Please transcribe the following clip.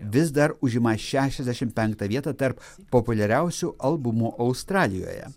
vis dar užima šešiasdešimt penktą tarp populiariausių albumų australijoje